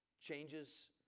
changes